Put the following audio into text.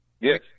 Yes